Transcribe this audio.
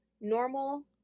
normal